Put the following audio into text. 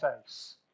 face